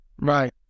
right